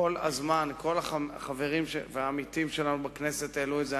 כל החברים שלנו והעמיתים שלנו בכנסת העלו את זה.